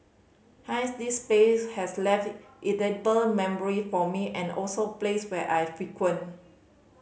hence this place has left it indelible memory for me and also place where I frequent